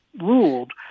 ruled